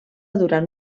durant